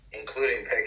including